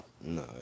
No